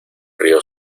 río